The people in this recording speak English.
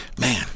Man